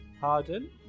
Pardon